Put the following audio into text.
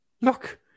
look